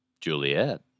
Juliet